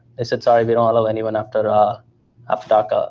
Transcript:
they said sorry, we don't allow anyone after ah after dark. ah